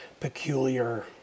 peculiar